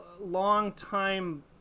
long-time